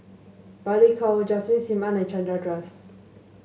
Balli Kaur Jaswal Sim Ann and Chandra Das